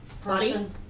person